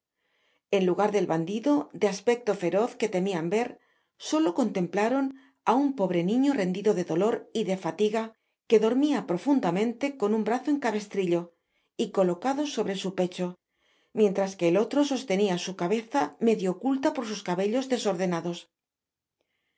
en lugar del bandido de aspecto feroz que temian ver solo contemplaron á un pobre niño rendido de dolor y de fatiga que dormia profundamente con un brazo en cabestrillo y colocado sobre su pecho mientras que el otro sostenia su cabeza media oculta por sus cabellos desordenados